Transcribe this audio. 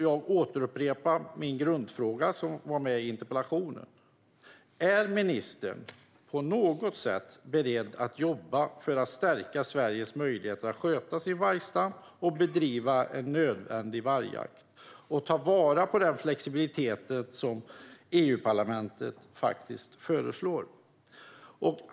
Jag måste upprepa min grundfråga, som var med i interpellationen: Är ministern på något sätt beredd att jobba för att stärka Sveriges möjlighet att sköta sin vargstam, bedriva en nödvändig vargjakt och ta vara på den flexibilitet som EUparlamentet faktiskt föreslår?